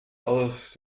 aus